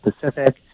Pacific